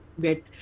get